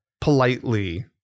politely